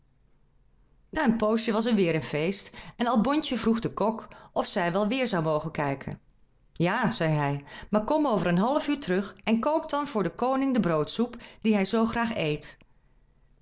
na een poosje was er weêr een feest en albontje vroeg den kok of zij wel weêr zou mogen kijken ja zei hij maar kom over een half uur terug en kook dan voor den koning de broodsoep die hij zoo graag eet